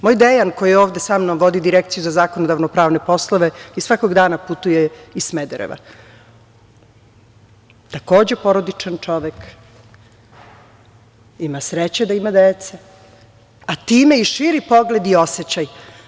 Moj Dejan koji je ovde sa mnom, vodi Direkciju za zakonodavno pravne poslove, i svakog dana putuje iz Smedereva, takođe porodičan čovek, ima sreće da ima dece, a time i širi pogled i osećaj.